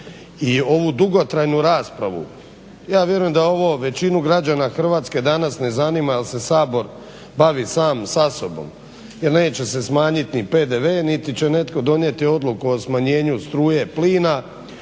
i ovu dugotrajnu raspravu, ja vjerujem da ovo većinu građana Hrvatske danas ne zanima jer se Sabor bavi sam sa sobom i neće se smanjit ni PDV niti će netko donijeti odluku o smanjenju struje, plina